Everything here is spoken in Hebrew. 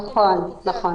נכון.